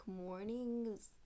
mornings